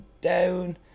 down